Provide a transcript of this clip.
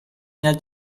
nel